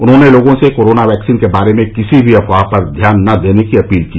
उन्होंने लोगों से कोरोना वैक्सीन के बारे में किसी भी अफवाह पर ध्यान ना देने की अपील की